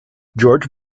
george